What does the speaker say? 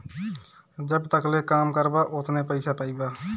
जब तकले काम करबा ओतने पइसा पइबा